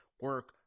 Work